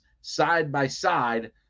side-by-side